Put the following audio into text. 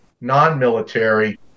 non-military